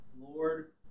Lord